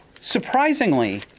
surprisingly